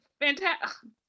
fantastic